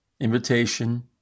invitation